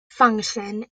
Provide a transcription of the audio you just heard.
function